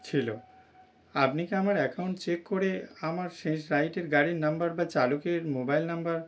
ছিল আপনি কি আমার অ্যাকাউন্ট চেক করে আমার শেষ রাইডের গাড়ির নাম্বার বা চালকের মোবাইল নাম্বার